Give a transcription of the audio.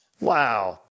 Wow